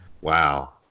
Wow